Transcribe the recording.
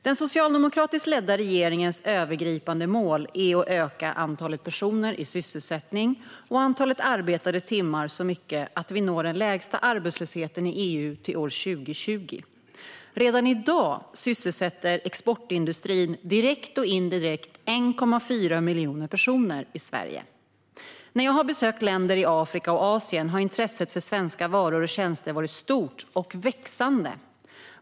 Den socialdemokratiskt ledda regeringens övergripande mål är att öka antalet personer i sysselsättning och antalet arbetade timmar så mycket att vi når den lägsta arbetslösheten i EU till år 2020. Redan i dag sysselsätter exportindustrin direkt och indirekt 1,4 miljoner personer i Sverige. När jag har besökt länder i Afrika och Asien har intresset för svenska varor och tjänster varit stort och växande.